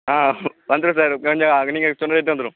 ஆ வந்துடுறேன் சார் கொஞ்சோ நீங்கள் சொல்லுங்க எடுத்தாந்துருவோம்